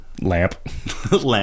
lamp